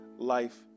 life